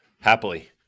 happily